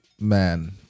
Man